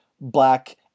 black